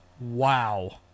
Wow